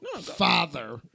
father